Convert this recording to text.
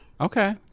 Okay